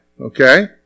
okay